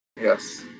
Yes